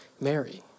Mary